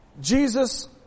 Jesus